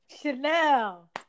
Chanel